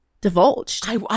divulged